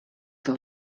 del